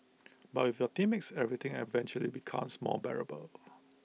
but with the teammates everything eventually becomes more bearable